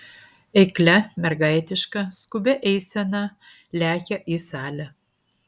eiklia mergaitiška skubia eisena lekia į salę